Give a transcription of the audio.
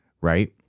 Right